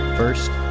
first